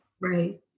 Right